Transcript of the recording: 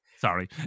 sorry